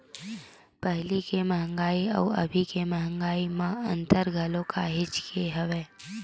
पहिली के मंहगाई अउ अभी के मंहगाई म अंतर घलो काहेच के हवय